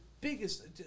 biggest